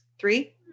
Three